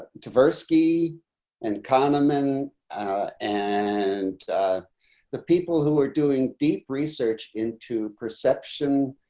tversky and kahneman and the people who are doing deep research into perception,